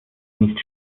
nicht